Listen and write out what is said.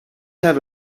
have